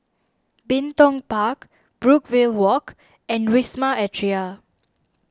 Bin Tong Park Brookvale Walk and Wisma Atria